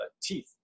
teeth